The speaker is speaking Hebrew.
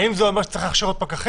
האם זה אומר שצריך להכשיר עוד פקחים?